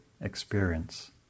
experience